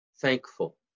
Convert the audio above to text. Thankful